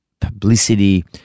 publicity